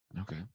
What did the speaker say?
okay